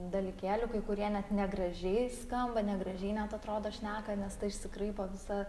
dalykėlių kai kurie net negražiai skamba negražiai net atrodo šneka nes ta išsikraipo visa